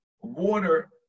water